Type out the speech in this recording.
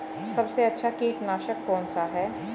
सबसे अच्छा कीटनाशक कौन सा है?